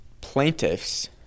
plaintiffs